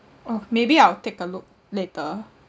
oh maybe I'll take a look later